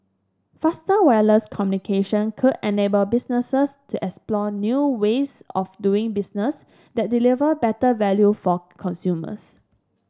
faster wireless communication could enable businesses to explore new ways of doing business that deliver better value for consumers